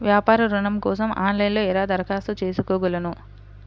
వ్యాపార ఋణం కోసం ఆన్లైన్లో ఎలా దరఖాస్తు చేసుకోగలను?